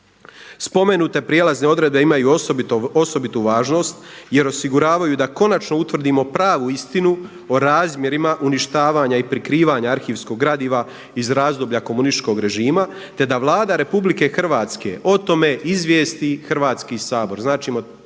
Spomenute prijelazne odredbe imaju osobitu važnost jer osiguravaju da konačno utvrdimo pravu istinu o razmjerima uništavanja i prikrivanja arhivskog gradiva iz razdoblja komunističkog režima, te da Vlada RH o tome izvijesti Hrvatski sabor.